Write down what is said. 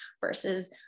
versus